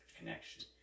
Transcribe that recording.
connection